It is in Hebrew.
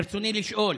ברצוני לשאול: